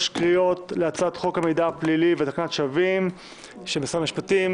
קריאות להצעת חוק המידע הפלילי ותקנת השבים של משרד המשפטים,